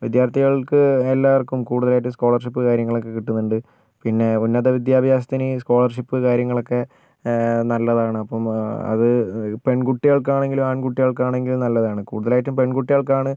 വിദ്യാർത്ഥികൾക്ക് എല്ലാവർക്കും കൂടുതലായിട്ടും സ്കോളർഷിപ്പ് കാര്യങ്ങളൊക്കെ കിട്ടുന്നുണ്ട് പിന്നെ ഉന്നത വിദ്യാഭ്യാസത്തിന് സ്കോളർഷിപ്പ് കാര്യങ്ങളൊക്കെ നല്ലതാണ് അപ്പം അത് പെൺകുട്ടികൾക്ക് ആണെങ്കിലും ആൺകുട്ടികൾക്ക് ആണെങ്കിലും നല്ലതാണ് കൂടുതലായിട്ടും പെൺകുട്ടികൾക്കാണ്